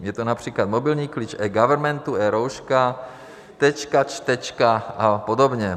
Je to například mobilní klíč eGovernmentu, eRouška, Tečka, Čtečka a podobně.